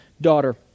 daughter